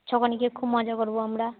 আচ্ছা ওখানে গিয়ে খুব মজা করবো আমরা